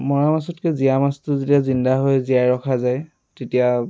মৰা মাছতকৈ যেতিয়া জীয়া মাছটো জিন্দা কৰি ৰখা যায় তেতিয়া